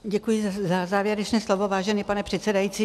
Děkuji za závěrečné slovo, vážený pane předsedající.